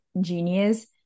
genius